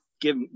give